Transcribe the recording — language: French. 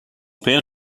père